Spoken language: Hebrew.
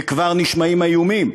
וכבר נשמעים האיומים: